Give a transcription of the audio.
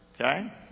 Okay